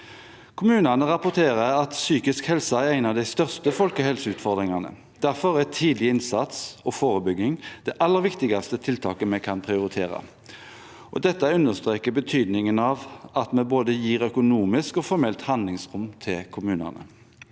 Kommunene rapporterer at psykisk helse er en av de største folkehelseutfordringene. Derfor er tidlig innsats og forebygging det aller viktigste tiltaket vi kan prioritere. Dette understreker betydningen av at vi gir både økonomisk og formelt handlingsrom til kommunene.